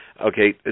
Okay